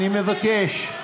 אני מבקש.